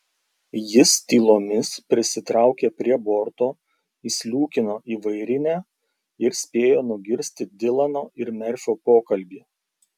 jis tylomis prisitraukė prie borto įsliūkino į vairinę ir spėjo nugirsti dilano ir merfio pokalbį